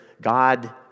God